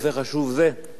גברתי היושבת-ראש,